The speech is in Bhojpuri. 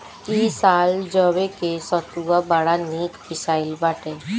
इ साल जवे के सतुआ बड़ा निक पिसाइल बाटे